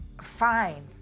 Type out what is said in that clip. Fine